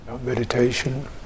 Meditation